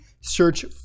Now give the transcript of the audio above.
search